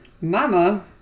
mama